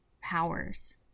powers